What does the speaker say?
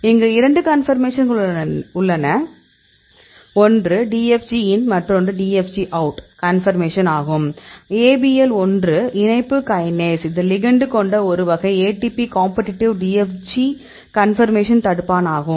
இங்கு இரண்டு கன்பர்மேஷன்கள் உள்ளன ஒன்று DFG இன் மற்றொன்று DFG அவுட் கன்ஃபர்மேஷன் ஆகும் ABL 1 இணைப்பு கைனேஸ் இது லிகெண்டு கொண்ட ஒரு வகை ATP காம்பட்டிட்டிவ் DFG கன்பர்மேஷன் தடுப்பானாகும்